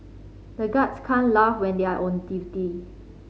the guards can't laugh when they are on duty